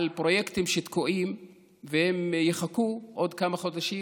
על פרויקטים שתקועים והם יחכו עוד כמה חודשים,